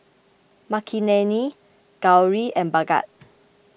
Makineni Gauri and Bhagat